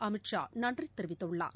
Amit Shah நன்றிதெரிவித்துள்ளார்